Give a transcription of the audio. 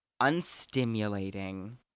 unstimulating